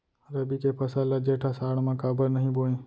रबि के फसल ल जेठ आषाढ़ म काबर नही बोए?